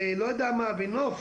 ולא יודע מה, ונוף,